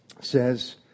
says